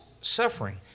suffering